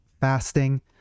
fasting